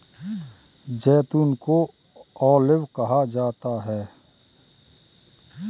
जैतून को ऑलिव कहा जाता है